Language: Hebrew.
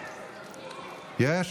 יש?